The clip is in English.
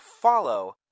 follow